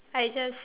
I just